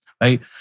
Right